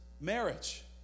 marriage